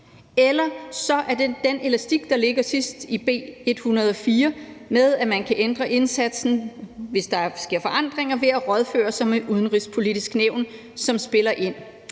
Eller også er det den elastik, der ligger sidst i B 104, om, at man kan ændre indsatsen, hvis der sker forandringer, ved at rådføre sig med Udenrigspolitisk Nævn, som spiller ind.